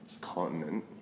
continent